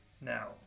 Now